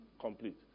Complete